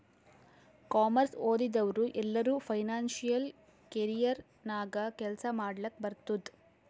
commerce ಓದಿದವ್ರು ಎಲ್ಲರೂ financial career ನಾಗೆ ಕೆಲ್ಸಾ ಮಾಡ್ಲಕ್ ಬರ್ತುದ್